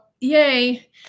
yay